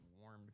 warmed